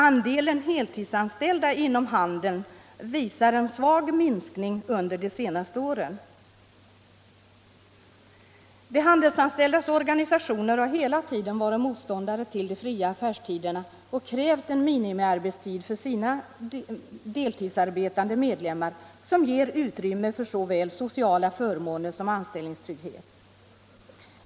Andelen heltidsanställda inom handeln visar en liten minskning under de senaste åren. De handelsanställdas organisationer har hela tiden varit motståndare till de fria affärstiderna och krävt en minimiarbetstid för sina deltidsarbetande medlemmar som ger utrymme för såväl sociala förmåner som anställningstrygghet.